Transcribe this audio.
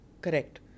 correct